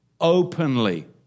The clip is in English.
openly